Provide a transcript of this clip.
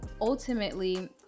ultimately